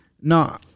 No